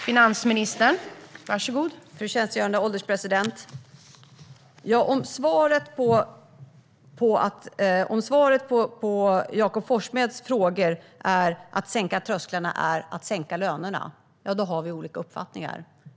Fru ålderspresident! Om Jakob Forssmeds svar på frågan om sänkta trösklar är sänkta löner har vi olika uppfattningar.